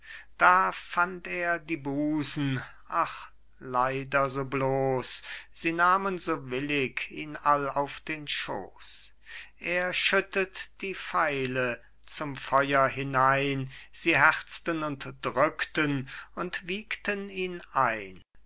da fand er die busen ach leider so bloß sie nahmen so willig ihn all auf den schoß er schüttet die pfeile zum feuer hinein sie herzten und drückten und wiegten ihn ein